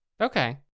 Okay